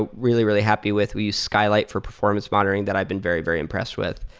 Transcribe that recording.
ah really, really happy with. we use skylight for performance monitoring that i've been very, very impressed with.